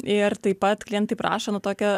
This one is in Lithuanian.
ir taip pat klientai prašo na tokią